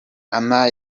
anna